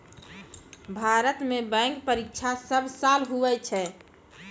भारत मे बैंक परीक्षा सब साल हुवै छै